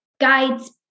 guides